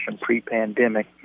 pre-pandemic